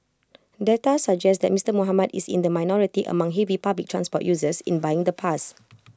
data suggest that Mister Muhammad is in the minority among heavy public transport users in buying the pass